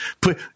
put